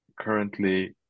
currently